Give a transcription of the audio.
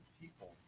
people